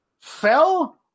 fell